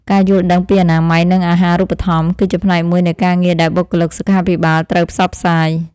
ការយល់ដឹងពីអនាម័យនិងអាហារូបត្ថម្ភ គឺជាផ្នែកមួយនៃការងារដែលបុគ្គលិកសុខាភិបាលត្រូវផ្សព្វផ្សាយ។